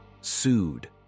sued